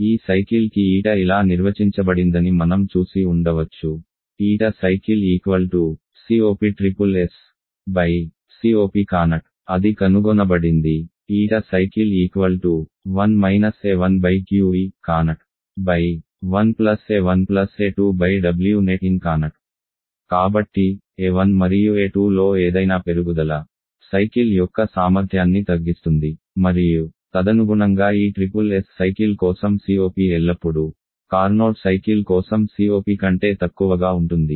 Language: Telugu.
ఈ సైకిల్ కి η ఇలా నిర్వచించబడిందని మనం చూసి ఉండవచ్చు ηcycle copSSScopcarnot అది కనుగొనబడింది ηcycle 1 A1QE Carnot 1 A1A2Wnet incarnot కాబట్టి A1 మరియు A2లో ఏదైనా పెరుగుదల సైకిల్ యొక్క సామర్థ్యాన్ని తగ్గిస్తుంది మరియు తదనుగుణంగా ఈ SSS సైకిల్ కోసం COP ఎల్లప్పుడూ కార్నోట్ సైకిల్ కోసం COP కంటే తక్కువగా ఉంటుంది